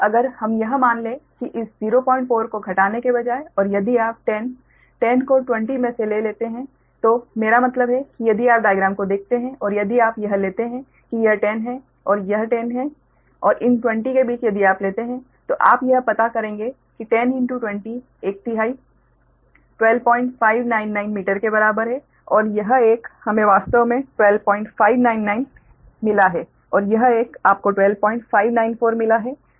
अगर हम यह मान लें कि इस 04 को घटाने के बजाय और यदि आप 10 10 को 20 में ले लेते हैं तो मेरा मतलब है कि यदि आप डाइग्राम को देखते हैं कि यदि आप यह लेते हैं कि यह 10 है यह 10 है और इन 20 के बीच यदि आप लेते हैं तो आप यह पता करेंगे कि 10 20 एक तिहाई 12599 मीटर के बराबर है और यह एक हमें वास्तव में 12599 मिला है और यह एक आपको 12594 मिला है